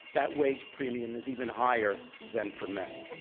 that wage premium is even higher than for men.